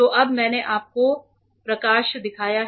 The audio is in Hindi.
तो अब मैंने आपको प्रकाश दिखाया है